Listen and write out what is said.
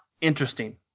interesting